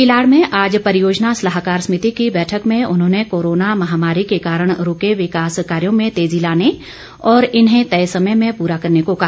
किलाड़ में आज परियोजना सलाहकार समिति की बैठक में उन्होंने कोरोना महामारी के कारण रूके विकास कार्यों में तेजी लाने और इन्हें तय समय में पूरा करने को कहा